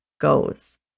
goes